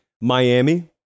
Miami